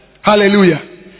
Hallelujah